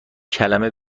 کلمه